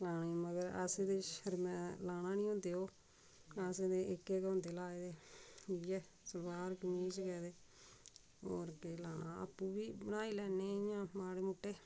हां मगर असें ते शर्मैं लाना नी होंदे ओह् असें ते एह्के गै होंदे लाए दे इ'यै सलवार कमीज गै ते होर केह् लाना आपूं बी बनाई लैन्ने इ'यां माड़े मुट्टे